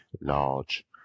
large